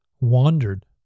wandered